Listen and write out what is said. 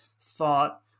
thought